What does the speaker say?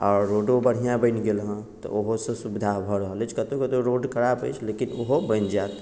आओर रोडो बढ़िआँ बनि गेल हँ तऽ ओहोसँ सुविधा भऽ रहल अछि कतहुँ कतहुँ रोड खराब अछि लेकिन ओहो बनि जायत